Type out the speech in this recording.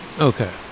Okay